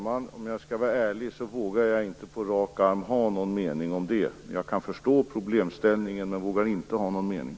Herr talman! Ärligt talat vågar jag på rak arm inte ha någon mening om det. Jag kan förstå problemställningen, men vågar inte ha någon mening.